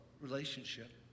relationship